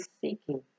seeking